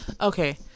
okay